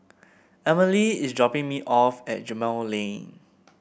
Emile is dropping me off at Gemmill Lane